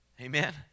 Amen